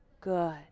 good